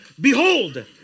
Behold